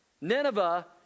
Nineveh